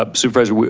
ah supervisor,